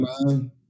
man